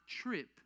trip